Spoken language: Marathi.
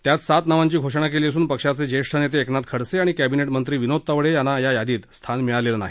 त्यात सात नावांची घोषणा केली असुन पक्षाचे ज्येष्ठ नेते एकनाथ खडसे आणि कॅबिनेट मंत्री विनोद तावडे यांना या यादीतही स्थान मिळालं नाही